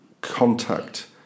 contact